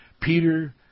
Peter